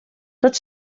tot